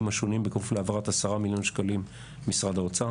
השונים בכפוף להעברת 10 מיליון שקלים ממשרד האוצר".